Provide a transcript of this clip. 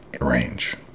range